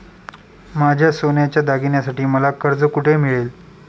माझ्या सोन्याच्या दागिन्यांसाठी मला कर्ज कुठे मिळेल?